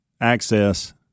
access